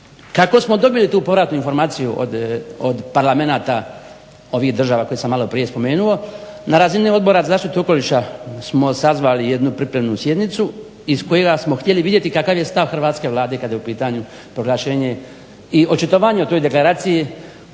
Kako smo dobili tu povratnu informaciju od Parlamenata ovih država koje sam maloprije spomenuo, na razini Odbora za zaštitu okoliša smo sazvali jednu pripremnu sjednicu iz kojega smo htjeli vidjeti kakav je stav Hrvatske vlade kada je u pitanju proglašenje i očitovanje o toj deklaraciji,